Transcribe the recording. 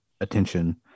attention